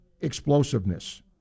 explosiveness